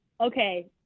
okay